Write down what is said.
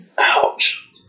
Ouch